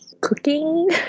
Cooking